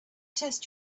test